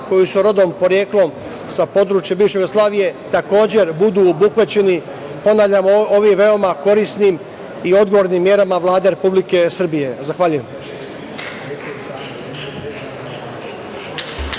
koji su rodom i poreklom sa područja bivše Jugoslavije takođe budu obuhvaćeni, ponavljam, ovim veoma korisnim i odgovornim merama Vlade Republike Srbije. Zahvaljujem.